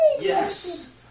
Yes